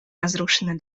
разрушены